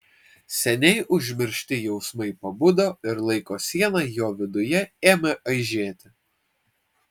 seniai užmiršti jausmai pabudo ir laiko siena jo viduje ėmė aižėti